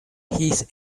his